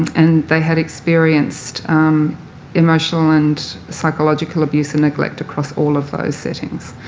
and they had experienced emotional and psychological abuse and neglect across all of those settings.